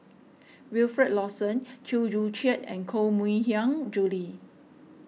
Wilfed Lawson Chew Joo Chiat and Koh Mui Hiang Julie